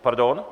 Pardon?